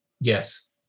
Yes